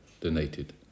donated